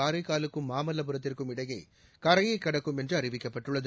காரைக்காலுக்கும் மாமல்லபுரத்திற்கும் இடையே கரையை கடக்கும் என்று அறிவிக்கப்பட்டுள்ளது